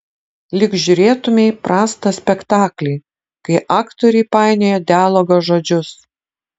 lyg žiūrėtumei prastą spektaklį kai aktoriai painioja dialogo žodžius